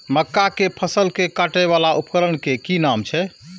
मक्का के फसल कै काटय वाला उपकरण के कि नाम छै?